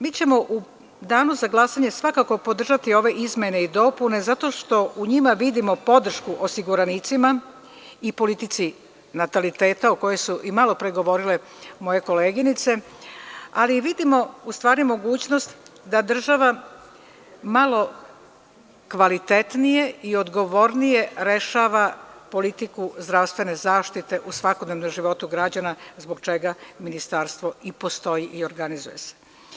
Mi ćemo u Danu za glasanje svakako podržati i ove izmene i dopune, zato što u njima vidimo podršku osiguranicima i politici nataliteta, o čemu su i malopre govorile moje koleginice, ali vidimo i mogućnost da država malo kvalitetnije i odgovornije rešava politiku zdravstvene zaštite u svakodnevnom životu građana, zbog čega Ministarstvo i postoji i organizuje se.